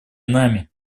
нами